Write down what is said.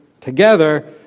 together